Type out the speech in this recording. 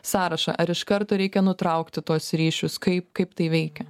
sąrašą ar iš karto reikia nutraukti tuos ryšius kaip kaip tai veikia